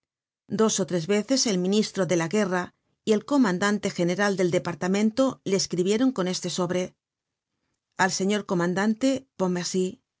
dos ó tres veces el ministro de la guerra y el comandante general del departamento le escribieron con este sobre al señor comandante